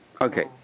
Okay